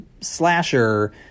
slasher